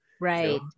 Right